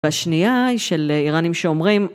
והשנייה היא של איראנים שאומרים